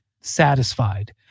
satisfied